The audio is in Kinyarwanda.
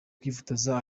kwifotoza